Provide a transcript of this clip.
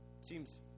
Seems